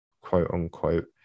quote-unquote